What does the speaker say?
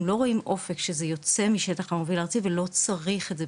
הם לא רואים אופק שזה יוצא משטח המוביל הארצי ולא צריך את זה,